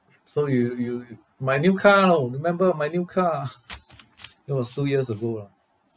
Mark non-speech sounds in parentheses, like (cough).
so you you my new car orh remember my new car (laughs) it was two years ago lah